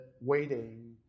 waiting